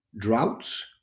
droughts